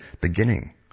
beginning